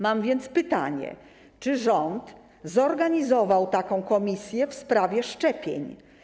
Mam więc pytanie: Czy rząd zorganizował spotkanie komisji w sprawie szczepień?